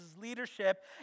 leadership